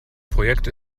projekt